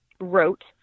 wrote